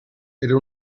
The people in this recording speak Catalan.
era